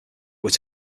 were